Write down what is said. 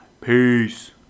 Peace